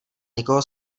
nikoho